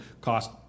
cost